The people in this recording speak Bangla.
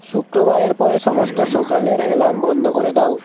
শুক্রবারের পরে সমস্ত সকালের অ্যালার্ম বন্ধ করে দাও